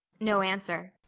no answer.